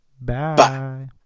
Bye